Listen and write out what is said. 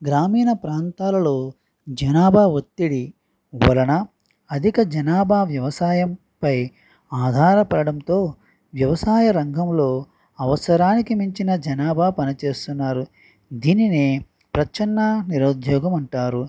గ్రామీణ ప్రాంతాలలో జనాభా ఒత్తిడి వలన అధిక జనాభా వ్యవసాయంపై ఆధారపడటంతో వ్యవసాయ రంగంలో అవసరానికి మించిన జనాభా పని చేస్తున్నారు దీనినే ప్రచ్ఛన్నా నిరుద్యోగం అంటారు